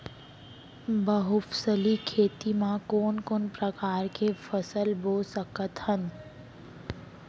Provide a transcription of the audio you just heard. बहुफसली खेती मा कोन कोन प्रकार के फसल बो सकत हन?